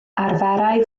arferai